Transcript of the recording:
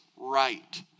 right